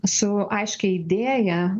su aiškia idėja